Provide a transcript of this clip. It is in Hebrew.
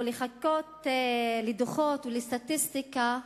או לחכות לדוחות או לסטטיסטיקה,